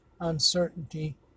uncertainty